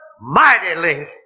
mightily